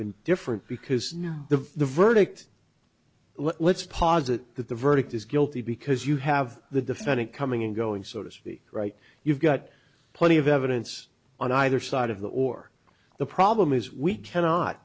been different because now the verdict let's posit that the verdict is guilty because you have the defendant coming and going so to speak right you've got plenty of evidence on either side of the or the problem is we cannot